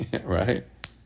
Right